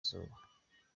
izuba